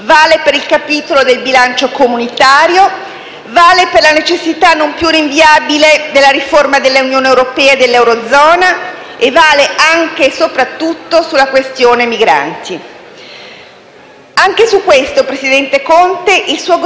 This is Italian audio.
Vale per il capitolo del bilancio comunitario, vale per la necessità, non più rinviabile, della riforma dell'Unione europea e dell'eurozona e vale anche - e soprattutto - sulla questione migranti. Anche su questo, presidente Conte, il suo Governo